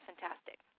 fantastic